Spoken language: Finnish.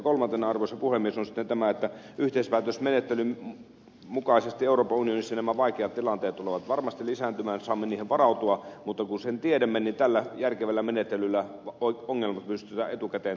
kolmantena arvoisa puhemies on sitten tämä että yhteispäätösmenettelyn mukaisesti euroopan unionissa nämä vaikeat tilanteet tulevat varmasti lisääntymään saamme niihin varautua mutta kun sen tiedämme niin tällä järkevällä menettelyllä ongelmat pystytään etukäteen torjumaan